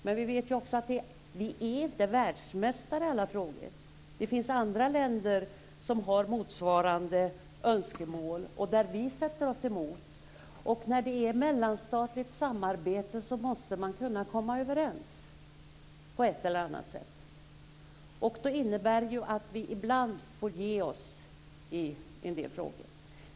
Men vi vet också att vi inte är världsmästare i alla frågor. Det finns andra länder som har motsvarande önskemål som vi sätter oss emot. Och när det är fråga om mellanstatligt samarbete måste man kunna komma överens på ett eller annat sätt. Då innebär det att vi ibland får ge oss i en del frågor.